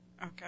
Okay